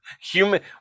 human